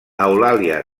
eulàlia